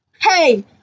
Hey